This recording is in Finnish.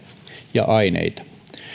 ja aineita